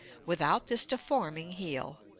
without this deforming heel.